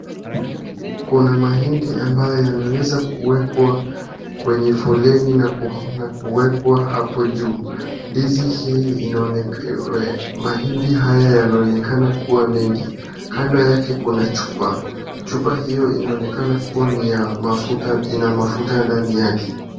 Kuna mahindi ambayo yameweza kuwekwa kwenye foleni na kuwekwa hapo juu, ndizi hii inaonekana, mahindi haya yanaonekana kuwa mengi, kando yake kuna chupa, chupa hiyo inaonekana kuwa ni ya mafuta ina mafuta ndani yake.